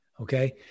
Okay